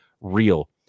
real